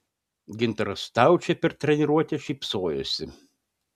gintaras staučė per treniruotę šypsojosi